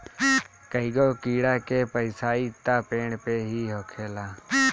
कईगो कीड़ा के पोसाई त पेड़ पे ही होखेला